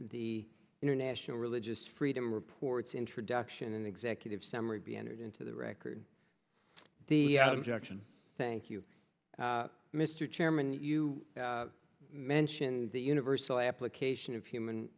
the international religious freedom reports introduction and executive summary be entered into the record the objection thank you mr chairman you mentioned the universal application of human